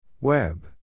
Web